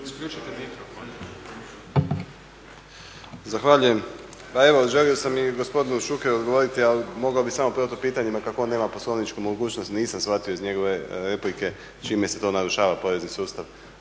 Zahvaljujem. Pa evo, želio sam i gospodinu Šukeru odgovoriti, ali mogao bih samo protupitanjima. Kako on nema poslovničku mogućnost nisam shvatio iz njegove replike čime se to narušava porezni sustav.